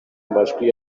amajwi